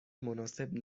مناسب